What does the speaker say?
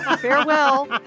Farewell